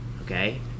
Okay